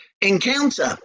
encounter